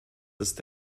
ist